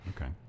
Okay